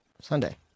Sunday